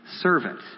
servant